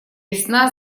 весна